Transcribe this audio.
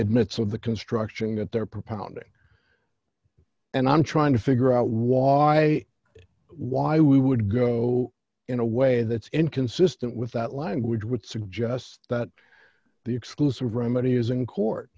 the construction that they're propounding and i'm trying to figure out why why we would go in a way that's inconsistent with that language would suggest that the exclusive remedy is in court